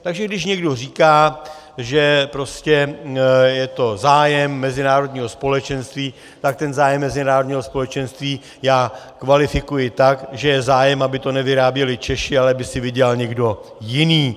Takže když někdo říká, že prostě je to zájem mezinárodního společenství, tak ten zájem mezinárodního společenství já kvalifikuji tak, že je zájem, aby to nevyráběli Češi, ale aby si vydělal někdo jiný.